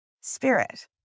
spirit